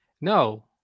No